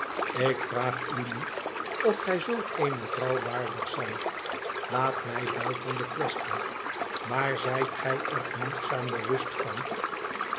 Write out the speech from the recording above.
ik vraag u niet of gij zulk eene vrouw waardig zijt laat mij buiten de quaestie maar zijt gij er genoegzaam bewust van